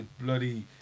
bloody